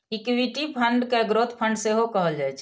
equity fund कें growth fund सेहो कहल जाइ छै